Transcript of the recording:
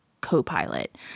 co-pilot